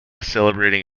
celebrating